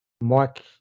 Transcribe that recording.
mike